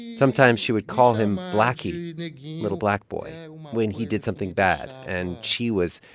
sometimes, she would call him black-y, little black boy, when he did something bad. and she was.